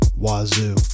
wazoo